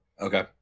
Okay